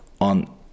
on